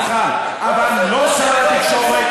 אני מוכן, אבל לא שר התקשורת